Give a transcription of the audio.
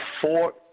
Four